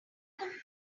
complain